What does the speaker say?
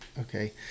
okay